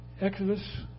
Exodus